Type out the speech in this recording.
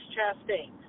Chastain